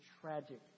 tragic